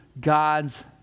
God's